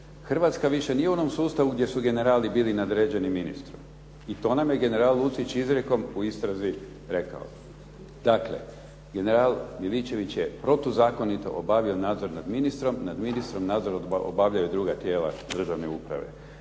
Hrvatska nije više u onom sustavu gdje su generali bili nadređeni ministru. I to nam je general Lucić izrijekom u istrazi rekao. Dakle, general Miličević je protuzakonito obavio nadzor nad ministrom. Nad ministrom obavljaju druga tijela državne uprave.